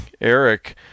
Eric